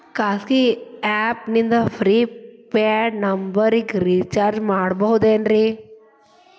ಖಾಸಗಿ ಆ್ಯಪ್ ನಿಂದ prepaid ನಂಬರಿಗ ರೇಚಾರ್ಜ್ ಮಾಡಬಹುದೇನ್ರಿ?